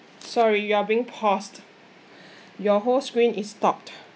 sorry you are being paused your whole screen is stopped